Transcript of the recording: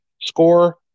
score